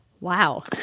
Wow